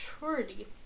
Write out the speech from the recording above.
maturity